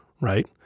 right